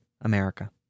america